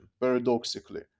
paradoxically